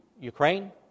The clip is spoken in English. Ukraine